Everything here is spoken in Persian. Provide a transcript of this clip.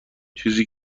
چیزی